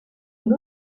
est